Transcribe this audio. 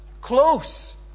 close